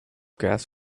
gas